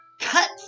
cut